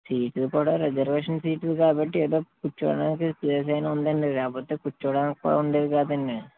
సీట్లు కూడా రిజర్వేషన్ సీట్లు కాబట్టి ఏదో కూర్చోడానికి ప్లేస్ అయినా ఉందండి లేకపోతే కూర్చోడానికి కూడా ఉండేది కాదండి